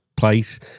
place